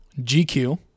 GQ